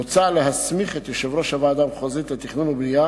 מוצע להסמיך את יושב-ראש הוועדה המחוזית לתכנון ובנייה